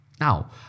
Now